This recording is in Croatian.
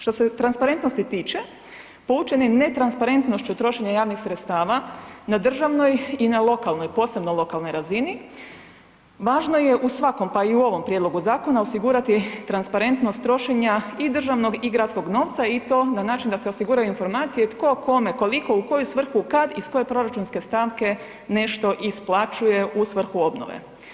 Što se transparentnosti tiče povučeni netransparentnošću trošenja javnih sredstava na državnoj i na lokalnoj, posebno lokalnoj razini, važno je u svakom, pa i u ovom prijedlogu zakona osigurati transparentnost trošenja i državnog i gradskog novca i to na način da se osiguraju informacije tko, kome, koliko, u koju svrhu, kad, iz koje proračunske stavke nešto isplaćuje u svrhu obnove.